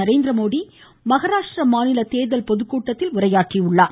நரேந்திரமோடி மகாராஷ்ட்ர மாநில தேர்தல் பொதுக்கூட்டத்தில் உரையாற்றியுள்ளார்